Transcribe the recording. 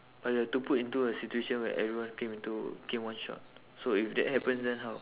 but you have to put into a situation where everyone came into came one shot so if that happens then how